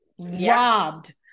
robbed